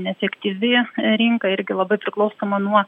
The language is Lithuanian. neefektyvi rinka irgi labai priklausoma nuo